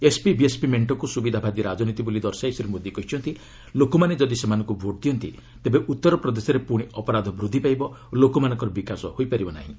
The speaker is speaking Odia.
ଏସ୍ପି ବିଏସ୍ପି ମେଷ୍ଟକୁ ସୁବିଧାବାଦୀ ରାଜନୀତି ବୋଲି ଦର୍ଶାଇ ଶ୍ରୀ ମୋଦି କହିଛନ୍ତି ଲୋକମାନେ ଯଦି ସେମାନଙ୍କୁ ଭୋଟ୍ ଦିଅନ୍ତି ତେବେ ଉତ୍ତରପ୍ରଦେଶରେ ପୁଣି ଅପରାଧ ବୃଦ୍ଧି ପାଇବ ଓ ଲୋକଙ୍କର ବିକାଶ ହୋଇପାରିବ ନାହିଁ